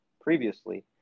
previously